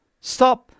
Stop